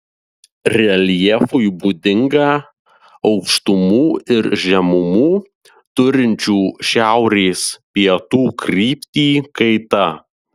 reljefui būdinga aukštumų ir žemumų turinčių šiaurės pietų kryptį kaita